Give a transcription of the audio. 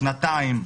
שנתיים,